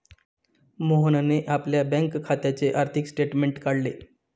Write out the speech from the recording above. मोहनने आपल्या बँक खात्याचे आर्थिक स्टेटमेंट काढले